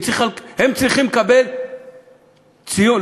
הם צריכים לקבל ציון,